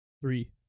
Three